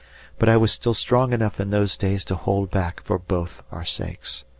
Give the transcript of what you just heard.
but i was still strong enough in those days to hold back for both our sakes.